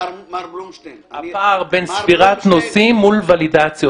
הפער בין ספירת נוסעים מול ולידציות.